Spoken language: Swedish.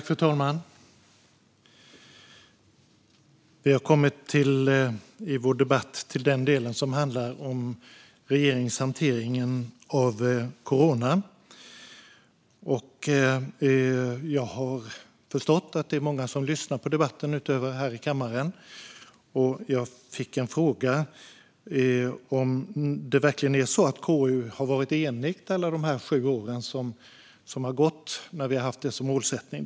Fru talman! Vi har i vår debatt kommit till den del som handlar om regeringens hantering av coronapandemin. Jag har förstått att det är många som lyssnar på debatten, utöver dem som är här i kammaren. Jag fick en fråga om KU verkligen har varit enigt under alla de här sju åren vi har haft det som målsättning.